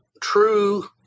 true